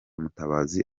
mutabazi